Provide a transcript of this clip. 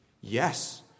Yes